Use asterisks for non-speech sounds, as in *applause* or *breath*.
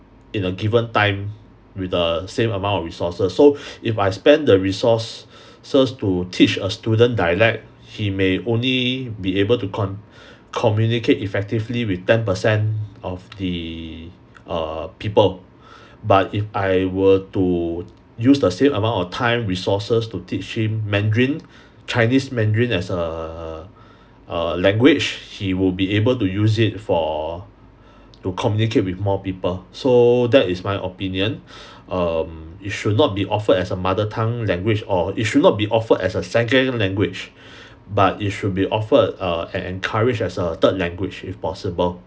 in a given time with the same amount of resources so if I spend the resources *breath* to teach a student dialect he may only be able to con~ *breath* communicate effectively with ten percent of the uh people *breath* but if I were to use the same amount of time resources to teach him mandarin chinese mandarin as err a language he will be able to use it for to communicate with more people so that is my opinion *breath* um it should not be offered as a mother tongue language or it should not be offered as a second language *breath* but it should be offered err and encouraged as a third language if possible